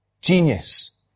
Genius